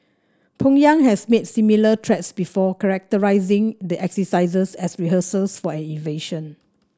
Pyongyang has made similar threats before characterising the exercises as rehearsals for an invasion